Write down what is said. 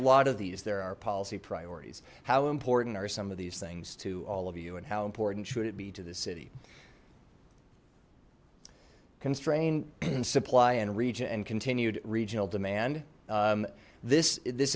a lot of these there are policy priorities how important are some of these things to all of you and how important should it be to the city constrain and supply and region and continued regional demand this this